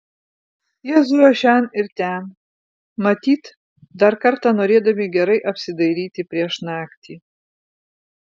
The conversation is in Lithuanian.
jie zujo šen ir ten matyt dar kartą norėdami gerai apsidairyti prieš naktį